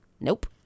Nope